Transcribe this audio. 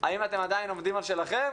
האם אתם עדיין עומדים על שלכם,